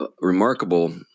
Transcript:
remarkable